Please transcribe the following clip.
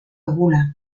dugula